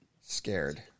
Scared